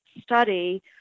study